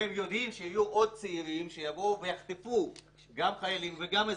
והם יודעים שיהיו עוד צעירים שיבוא ויחטפו גם חיילים וגם אזרחים,